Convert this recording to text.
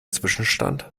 zwischenstand